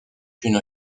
une